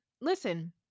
listen